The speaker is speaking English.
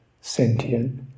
sentient